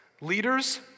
leaders